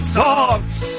talks